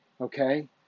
okay